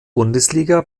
bundesliga